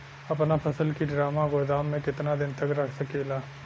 अपना फसल की ड्रामा गोदाम में कितना दिन तक रख सकीला?